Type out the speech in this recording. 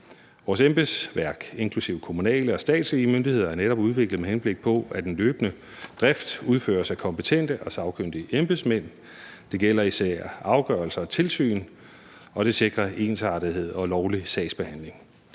Vores embedsværk, inklusive kommunale og statslige myndigheder, er netop udviklet, med henblik på at en løbende drift udføres af kompetente og sagkyndige embedsmænd. Det gælder især afgørelser og tilsyn, og det sikrer ensartethed og lovlig sagsbehandling.